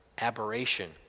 aberration